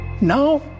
now